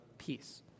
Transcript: peace